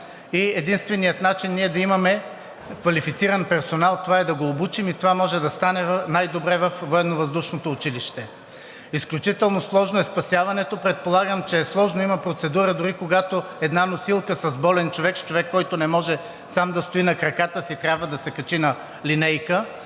Единственият начин да имаме квалифициран персонал, това е да го обучим и това може да стане най-добре във Военновъздушното училище. Изключително сложно е спасяването. Предполагам, че е сложно. Има процедура дори когато една носилка с болен човек, с човек, който не може сам да стои на краката си и трябва да се качи на линейка,